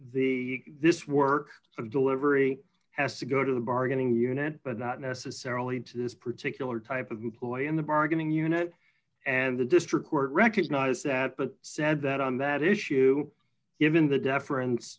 the this work of delivery has to go to the bargaining unit but not necessarily to this particular type of employee in the bargaining unit and the district court recognize that but said that on that issue given the deference